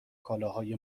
کالاهای